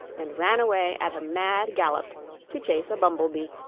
and ran away at a mad gallop to chase a bumble-bee.